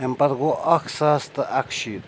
امۍ پَتہٕ گوٚو اَکھ ساس تہٕ اَکہٕ شیٖتھ